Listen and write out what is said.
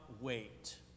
wait